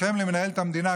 הקרמלין מנהל את המדינה,